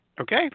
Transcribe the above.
okay